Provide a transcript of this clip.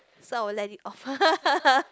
so I will let it off